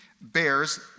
bears